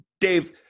Dave